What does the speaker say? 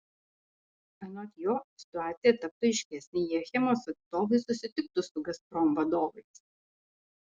anot jo situacija taptų aiškesnė jei achemos atstovai susitiktų su gazprom vadovais